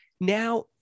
now